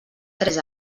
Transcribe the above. tres